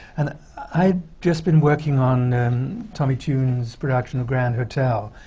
and i'd just been working on tommy tune's production of grand hotel.